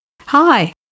hi